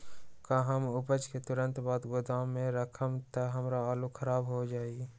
का हम उपज के तुरंत बाद गोदाम में रखम त हमार आलू खराब हो जाइ?